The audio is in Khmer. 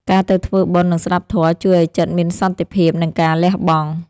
ការទៅធ្វើបុណ្យ និងស្តាប់ធម៌ ជួយឱ្យចិត្តមានសន្តិភាព និងការលះបង់។